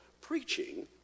preaching